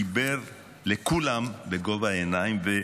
דיבר לכולם בגובה העיניים.